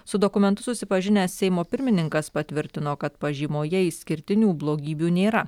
su dokumentu susipažinęs seimo pirmininkas patvirtino kad pažymoje išskirtinių blogybių nėra